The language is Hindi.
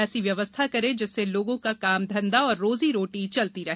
ऐसी व्यवस्था करें जिससे लोगों का काम धंधा व रोज़ी रोटी चलती रहे